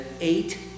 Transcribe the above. eight